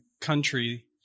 country